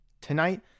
Tonight